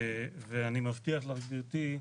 אני מבטיח לך, גברתי,